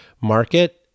market